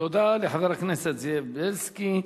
תודה לחבר הכנסת זאב בילסקי.